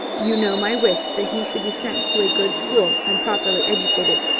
you know my wish that he should be sent to a good school and properly educated.